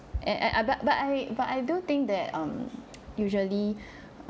and I I but but I but I do think that um usually